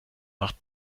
macht